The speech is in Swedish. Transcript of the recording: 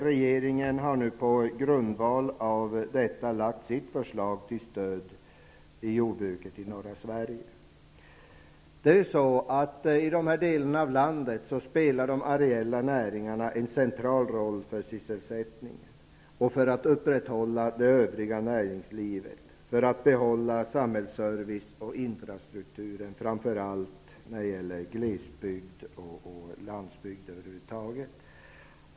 Regeringen har på grundval av dessa förslag i sin tur lagt fram förslag till stöd till jordbruket i norra Sverige. I de delarna av landet spelar de areella näringarna en central roll för sysselsättningen, för att upprätthålla det övriga näringslivet, behålla samhällsservice och infrastrukturen. Det här gäller framför allt glesbygd och över huvud taget landsbygd.